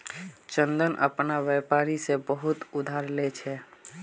चंदन अपना व्यापारी से बहुत उधार ले छे